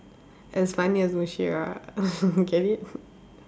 as funny as Mushira get it